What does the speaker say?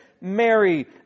Mary